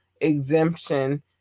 exemption